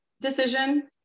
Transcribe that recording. decision